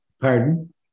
Pardon